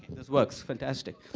this works fantastic.